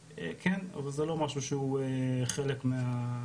כן, אבל זה לא משהו שהוא חלק מהחובה.